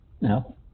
no